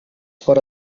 fora